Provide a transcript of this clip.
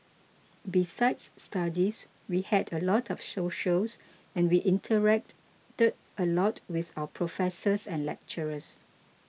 besides studies we had a lot of socials and we interacted a lot with our professors and lecturers